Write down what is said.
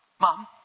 Mom